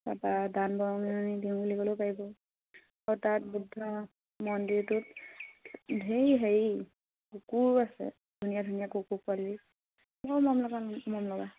তাৰপৰা দান বৰঙণি দিওঁ বুলি ক'লেও পাৰিব আৰু তাত বৌদ্ধ মন্দিৰটোত ধেৰ হেৰি কুকুৰ আছে ধুনীয়া ধুনীয়া কুকুৰ পোৱালি বৰ মৰম লগা মৰম লগা